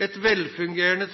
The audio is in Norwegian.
Et velfungerende